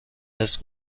ارث